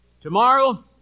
Tomorrow